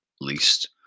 least